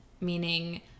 meaning